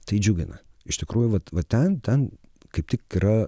tai džiugina iš tikrųjų vat va ten ten kaip tik yra